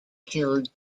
killed